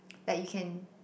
like you can